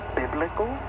biblical